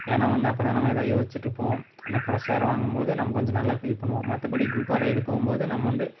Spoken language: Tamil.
ஏன்னா வந்து அப்போ தான் நம்ம எதா யோசிச்சுட்டு இருப்போம் அந்த ஃபிரெஷ் ஏர் வாங்கும்போது நம்ம கொஞ்சம் நல்லா ஃபீல் பண்ணுவோம் மற்றப்படி குரூப்பாக ரைடு போகும்போது நம்ம வந்து